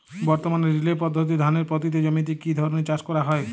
বর্তমানে রিলে পদ্ধতিতে ধানের পতিত জমিতে কী ধরনের চাষ করা হয়?